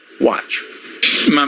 Watch